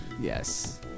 Yes